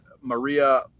maria